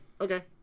okay